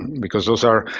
because those are,